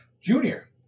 Junior